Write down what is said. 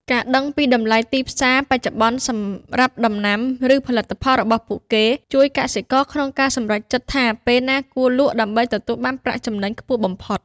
ការដឹងពី តម្លៃទីផ្សារ បច្ចុប្បន្នសម្រាប់ដំណាំ ឬផលិតផលរបស់ពួកគេ ជួយកសិករក្នុងការសម្រេចចិត្តថាពេលណាគួរលក់ ដើម្បីទទួលបានប្រាក់ចំណេញខ្ពស់បំផុត។